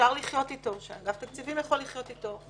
שאפשר לחיות איתו, שאגף תקציבים יכול לחיות איתו,